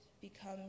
become